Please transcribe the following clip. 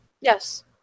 Yes